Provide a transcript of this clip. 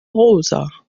rosa